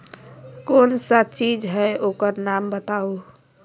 कौन सा चीज है ओकर नाम बताऊ?